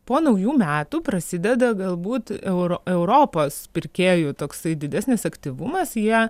po naujų metų prasideda galbūt euro europos pirkėjų toksai didesnis aktyvumas jie